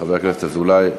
חבר הכנסת אזולאי,